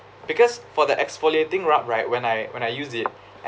because for the exfoliating rub right when I when I use it